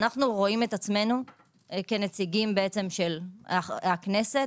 אנו רואים עצמנו כנציגים של הכנסת,